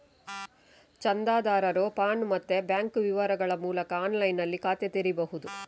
ಚಂದಾದಾರರು ಪಾನ್ ಮತ್ತೆ ಬ್ಯಾಂಕ್ ವಿವರಗಳ ಮೂಲಕ ಆನ್ಲೈನಿನಲ್ಲಿ ಖಾತೆ ತೆರೀಬಹುದು